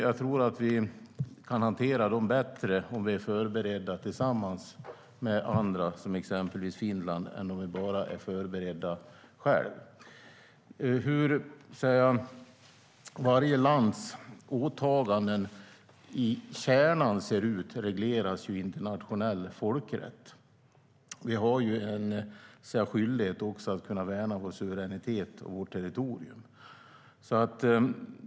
Jag tror att vi kan hantera dem bättre om vi är förberedda tillsammans med andra, exempelvis Finland, än om vi bara är förberedda för oss själva. Hur varje lands åtaganden i kärnan ser ut regleras i internationell folkrätt. Vi har en skyldighet att kunna värna vår suveränitet och vårt territorium.